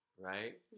right